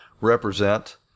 represent